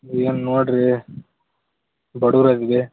ಏನು ನೋಡಿರಿ ಬಡವ್ರು ಇದೀವಿ